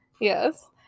Yes